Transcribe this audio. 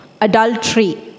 Adultery